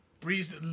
breeze